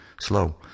slow